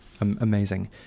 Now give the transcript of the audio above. amazing